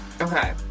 okay